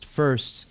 first